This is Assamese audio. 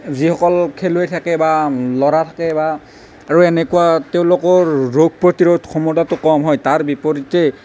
যিসকল খেলুৱৈ থাকে বা ল'ৰা থাকে বা আৰু এনেকুৱা তেওঁলোকৰ ৰোগ প্ৰতিৰোধ ক্ষমতাটো কম হয় তাৰ বিপৰীতে